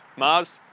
mars,